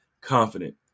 confident